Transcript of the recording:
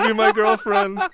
ah my girlfriend?